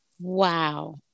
Wow